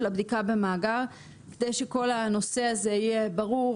הבדיקה במאגר כדי שכל הנושא הזה יהיה ברור,